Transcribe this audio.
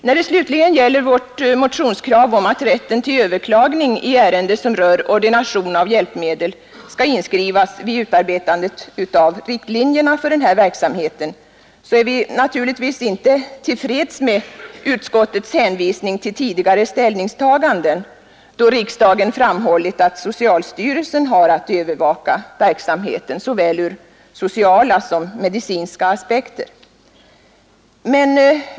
När det slutligen gäller vårt motionskrav om att rätten till överklagande i ärende som rör ordination av hjälpmedel skall inskrivas vid utarbetandet av riktlinjer för den här verksamheten, är vi naturligtvis inte till freds med utskottets hänvisning till tidigare ställningstaganden, då riksdagen framhållit att socialstyrelsen har att övervaka verksamheten ur såväl sociala som medicinska aspekter.